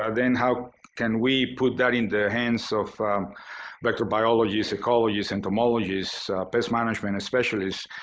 ah then how can we put that in the hands so of microbiologists, ecologists, entomologists, pest management specialists,